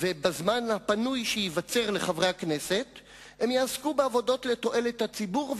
בזמן הפנוי שייווצר לחברי הכנסת הם יועסקו בעבודות לתועלת הציבור,